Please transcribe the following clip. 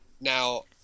Now